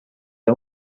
its